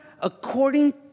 according